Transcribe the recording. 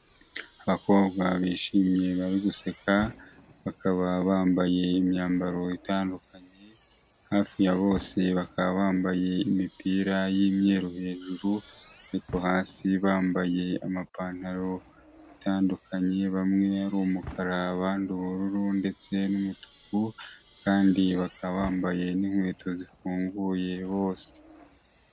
Abakobwa bishimye bari guseka, bakaba bambaye imyambaro itandukanye hafi ya bose bakaba bambaye imipira y'imweruru hejuru. Ariko hasi bambaye amapantaro atandukanye bamwe ari umukara, abandi ubururu ndetse n'umutuku kandi bakaba bambaye n'inkweto zifunguye bose.